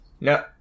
No